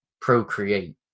procreate